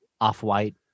Off-white